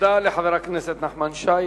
תודה לחבר הכנסת נחמן שי.